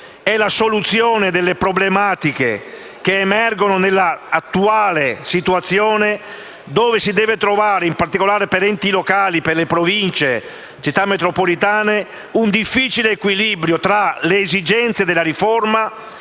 è la soluzione delle problematiche che emergono nell'attuale situazione, in cui si deve trovare, in particolare per gli enti locali, le Province e le Città metropolitane, un difficile equilibrio tra le esigenze della riforma,